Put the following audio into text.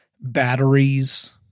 Batteries